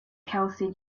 kelsey